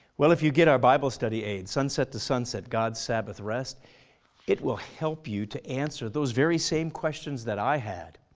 well if you get our bible study aid, sunset to sunset god's sabbath rest it will help you to answer those very same questions that i had.